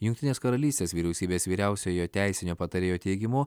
jungtinės karalystės vyriausybės vyriausiojo teisinio patarėjo teigimu